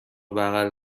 بغل